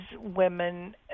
women